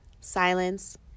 silence